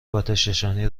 آتشنشانی